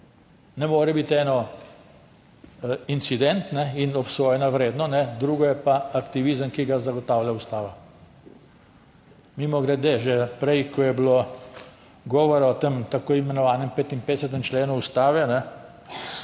Ne more biti eno incident in obsojanja vredno, drugo je pa aktivizem, ki ga zagotavlja ustava. Mimogrede, že prej, ko je bilo govora o tako imenovanem 55. členu Ustave,